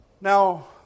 Now